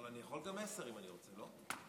אבל אני יכול גם עשר אם אני רוצה, לא?